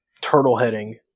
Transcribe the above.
turtle-heading